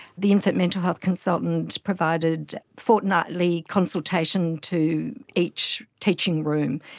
the infant mental health consultant provided fortnightly consultation to each teaching room,